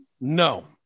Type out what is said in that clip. no